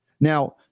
Now